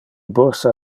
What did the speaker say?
bursa